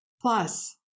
Plus